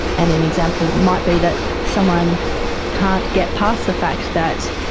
and an example might be that someone can't get past the fact that